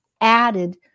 added